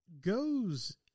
Goes